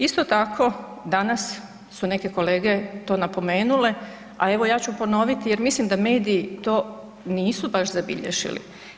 Isto tako, danas su neke kolege to napomenule, a evo ja ću ponoviti jer mislim da mediji to nisu baš zabilježili.